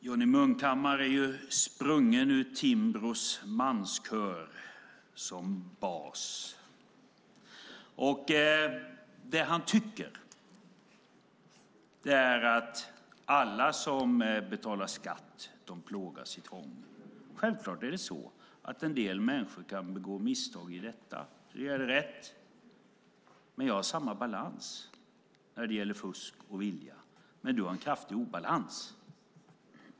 Fru talman! Johnny Munkhammar är sprungen ur Timbros manskör som bas. Det han tycker är att alla som betalar skatt plågas. Självklart är det så att människor kan begå misstag i detta. Jag har samma balans när det gäller fusk och vilja, men du har en kraftig obalans.